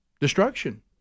Destruction